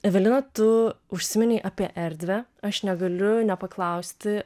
evelina tu užsiminei apie erdvę aš negaliu nepaklausti